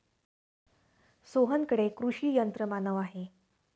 सोहनकडे कृषी यंत्रमानव आहे